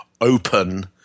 open